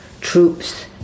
troops